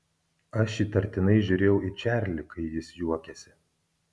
aš įtartinai žiūrėjau į čarlį kai jis juokėsi